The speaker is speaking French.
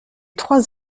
trois